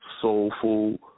soulful